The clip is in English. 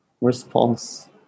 response